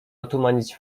otumanić